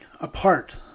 apart